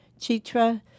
Chitra